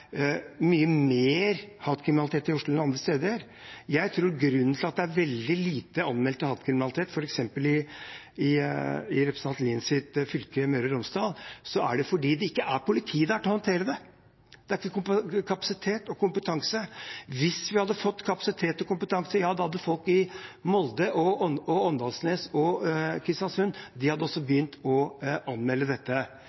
veldig få anmeldte saker om hatkriminalitet f.eks. i representanten Liens fylke, Møre og Romsdal, er at det ikke er politi der til å håndtere det. Det er ikke kapasitet og kompetanse. Hvis vi hadde fått kapasitet og kompetanse, ja, da hadde folk i Molde, Åndalsnes og Kristiansund også begynt å anmelde dette. Men da må vi bygge opp denne kapasiteten og